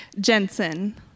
Jensen